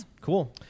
Cool